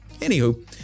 Anywho